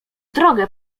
drogę